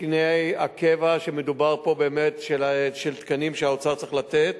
תקני הקבע שהאוצר צריך לתת,